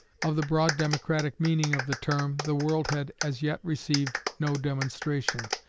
of the broad democratic meaning of the term, the world had as yet received no demonstration.